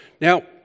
Now